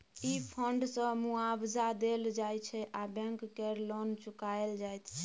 ई fund सँ मुआबजा देल जाइ छै आ बैंक केर लोन चुकाएल जाइत छै